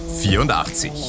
84